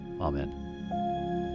Amen